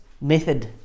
method